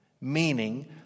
meaning